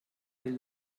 will